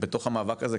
בתוך המאבק הזה,